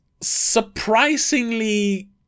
Surprisingly